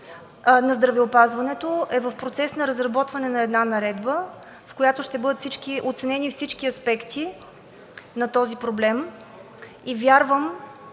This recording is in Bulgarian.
на здравеопазването вече е в процес на разработване на една наредба, в която ще бъдат оценени всички аспекти на този проблем, и вярвам,